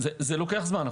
זה לוקח זמן.